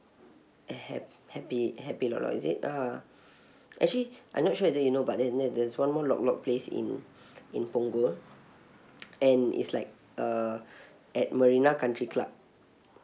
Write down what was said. hap~ happy happy lok lok is it ah actually I'm not sure whether you know but there there there's one more lok lok place in in punggol and is like uh at marina country club